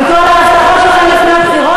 עם כל ההבטחות שלכם לפני הבחירות,